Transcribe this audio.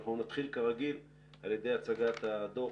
אנחנו נתחיל כרגיל בהצגת הדוח.